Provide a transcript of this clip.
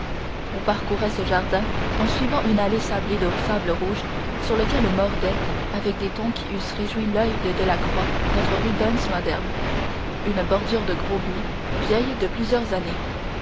on parcourait ce jardin en suivant une allée sablée de sable rouge sur lequel mordait avec des tons qui eussent réjoui l'oeil de delacroix notre rubens moderne une bordure de gros buis vieille de plusieurs années